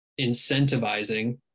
incentivizing